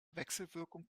wechselwirkung